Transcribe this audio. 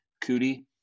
cootie